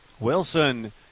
Wilson